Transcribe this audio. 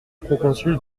proconsul